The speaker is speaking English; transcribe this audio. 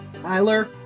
Tyler